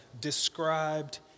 described